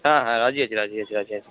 হ্যাঁ হ্যাঁ রাজি আছি রাজি আছি রাজি আছি